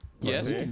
yes